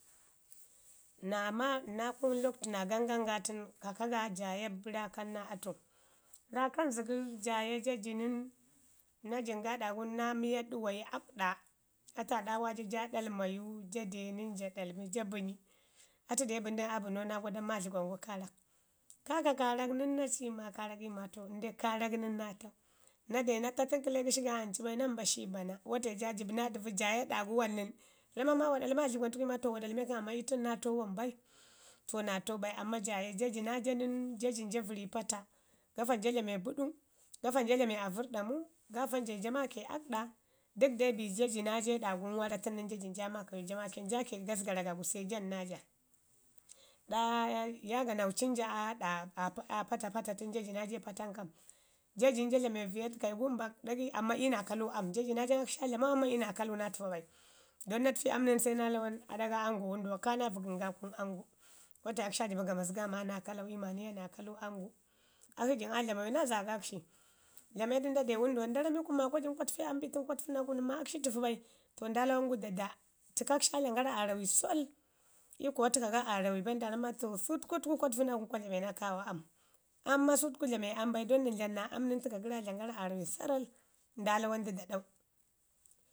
Naa ma naa kunu lawtu naa gangam ga tənu, kaka ga jaye naakan naa atu, naakan zəgər jaya ja ji nən, na jin ga ɗagu nən, naa miya ɗuwayi akɗa atu aa ɗaawa ja ɗalmayu, ja de nən ja ɗalmi, ja bənyi. Atu de bənu du nən aa banau naa gwadanu ma dlagwan gu kaarak. Kaaka, kaarak nan na ci ma kaa rak, iyu maa kaanak nən naa tau na de na ta tən kəle gəshi ga ancu bai na mbashi bana, wate ja jəbu naa dəvu ja ye ɗa gu wan nən, namu ma wa ɗalma dləgwan təku, iyu ma to wa ɗalme kəm amman iyu tən naa tau wam bai. To naa tau bai amman ja ya, ja ji naa ja nən, ja ji ja vəri pato, gaafan ja dlame buɗu, gaafan ja dlame arurrɗamu, gaafan ja yi ja maake akɗa, dək dai be ja ji naa ja ii ɗa gum waana tən nən ja jin ja maakayu ja ike gaggana ga gu se jan na ja ɗa yaaganaudin ja aa ɗa, aa pata pata tən jaji naa ja patan kam. Ja jin jo dlame viya ləka ii gumbak ɗagau amma iyu naa kalu am, ja ji na jan akshi a dlamau amman iyu naa kalau naa təfa bai, don na təfi am nən se naa lawan aɗa aa ngwa wənduwa ka naa vəgən ga ii kunu aam gu, wate akshi aa jiba gamau ga ma na kalau, iyu ma niyo naa kalu am gu. Akshi jinaaa dlaman naa zaagak shi. Xam du nda de wənduwan nən, nda nami kun ma kwa jin kwa təfe kumu am bi tən kwa təfu naa kun Mo akshi təfu bai, to nda lawan gu da da, təkak shi a a dlaman gara arami sol, iyu kuma təka ga aarami bai, nda ramau ma sutku ku kwa təfu naa kun kwa dlame na kaawa ii kunu am, amman dlame am bai don nən dlamu naa am nən təko gəri aa dlaman gara aarami sarral nda lawan du da ɗau.